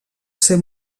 ser